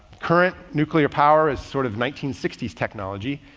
current nuclear power is sort of nineteen sixty s technology.